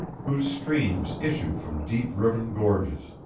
whose streams issue from deep-riven gorges,